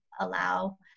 allow